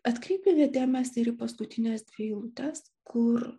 atkreipkite dėmesį ir į paskutines dvi eilutes kur